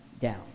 down